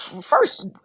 first